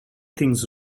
thinks